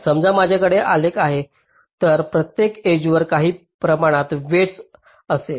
समजा माझ्याकडे आलेख आहे तर प्रत्येक एजवर काही प्रमाणात वेईटस असेल